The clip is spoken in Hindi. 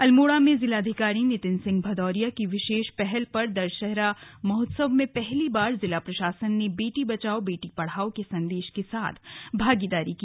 अल्मोड़ा में जिलाधिकारी नितिन सिंह भदौरिया की विशेष पहल पर दशहरा महोत्सव में पहली बार जिला प्रशासन ने बेटी बचाओ बेटी पढ़ाओ के संदेश के साथ भागीदारी की